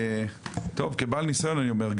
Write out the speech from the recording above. טוב כבעל ניסיון אני אומר,